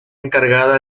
encargada